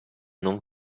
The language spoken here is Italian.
non